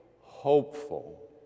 hopeful